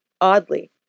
oddly